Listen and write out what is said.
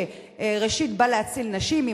שראשית בא להציל נשים,